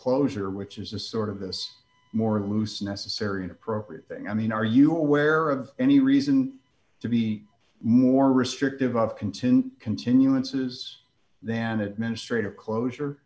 closure which is a sort of this more of a loose necessary and appropriate thing i mean are you aware of any reason to be more restrictive of continued continuances than administrative closure